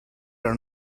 are